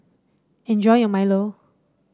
enjoy your milo